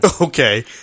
Okay